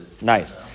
Nice